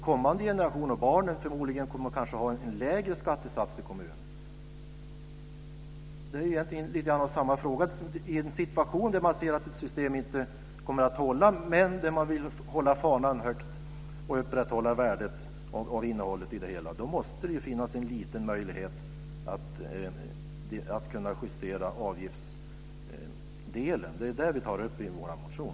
Kommande generationer - barnen - kommer ju förmodligen att ha en lägre skattesats. Det är lite av samma fråga. I en situation där man ser att ett system inte kommer att hålla men vill hålla fanan högt och upprätthålla värdet av innehållet måste det finnas en liten möjlighet att justera avgiftsdelen. Det är det vi tar upp i vår motion.